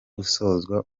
gusozwa